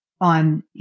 on